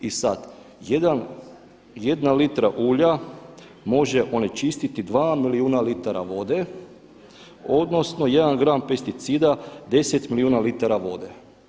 I sad, jedna litra ulja može onečistiti 2 milijuna litara vode, odnosno 1 gram pesticida 10 milijuna litara vode.